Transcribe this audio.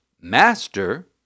Master